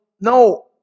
no